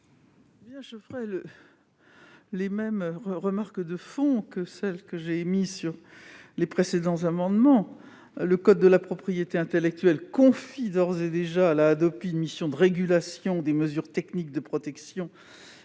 Je formulerai les mêmes remarques de fond que celles que j'ai émises sur les précédents amendements. Le code de la propriété intellectuelle confie d'ores et déjà à la Hadopi une mission de régulation des mesures techniques de protection